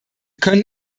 können